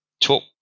talk